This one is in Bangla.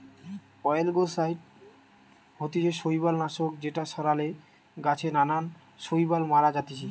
অয়েলগেসাইড হতিছে শৈবাল নাশক যেটা ছড়ালে গাছে নানান শৈবাল মারা জাতিছে